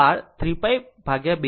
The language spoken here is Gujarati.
આ છે અને આ r 3π 2 છે અને આ 2π છે